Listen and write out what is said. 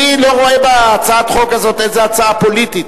אני לא רואה בהצעת החוק הזאת איזו הצעה פוליטית,